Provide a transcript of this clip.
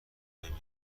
ببینم